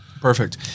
Perfect